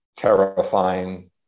terrifying